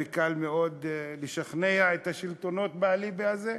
וקל מאוד לשכנע את השלטונות באליבי הזה.